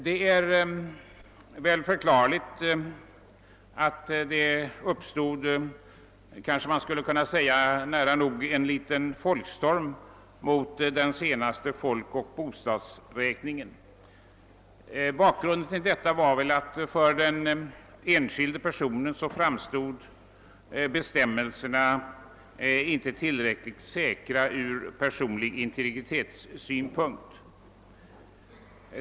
Det är förklarligt att det uppstod nära nog en liten folkstorm mot den senaste folkoch bostadsräkningen. Bakgrunden var att för den enskilde personen bestämmelserna till skydd för personlig integritet inte framstod som tillräckligt säkra.